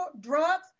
drugs